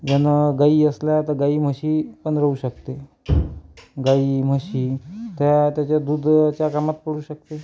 यानं गाई असल्या तर गाई म्हशीपण राहू शकते गाई म्हशी त्या त्याच्या दुधाच्या कामात पडू शकते